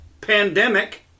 pandemic